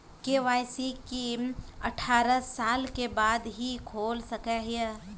KYC की अठारह साल के बाद ही खोल सके हिये?